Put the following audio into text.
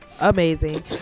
amazing